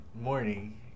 morning